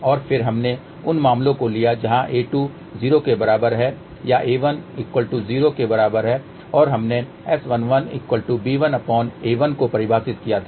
और फिर हमने उन मामलों को लिया जहां a2 जीरो के बराबर है या a10 के बराबर है और हमने S11b1a1 को परिभाषित किया था